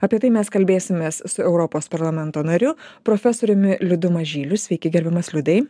apie tai mes kalbėsimės su europos parlamento nariu profesoriumi liudu mažyliu sveiki gerbiamas liudai